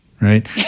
right